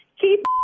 keep